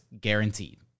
guaranteed